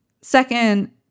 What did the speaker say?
Second